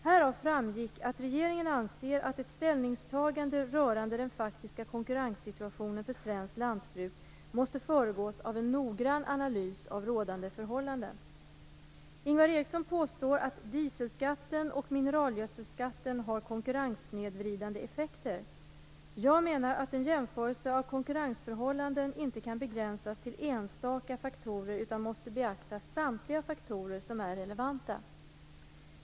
Härav framgick att regeringen anser att ett ställningstagande rörande den faktiska konkurrenssituationen för svenskt lantbruk måste föregås av en noggrann analys av rådande förhållande. Ingvar Eriksson påstår att dieselskatten och mineralgödselskatten har konkurrenssnedvridande effekter. Jag menar att en jämförelse av konkurrensförhållanden inte kan begränsas till enstaka faktorer utan måste beakta samtliga faktorer som är relevanta.